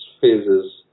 phases